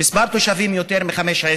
ומספר התושבים הוא יותר מ-15,000.